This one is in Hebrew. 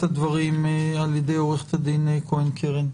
הדברים על ידי עורכת הדין כהן קרן.